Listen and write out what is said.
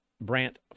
Brant